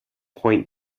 point